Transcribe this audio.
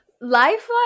life